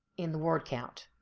in the word count.